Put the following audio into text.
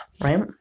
Right